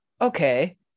okay